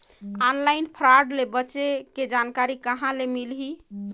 Online fraud ले बचे के जानकारी कहां ले मिलही?